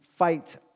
Fight